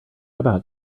about